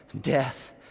death